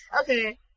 Okay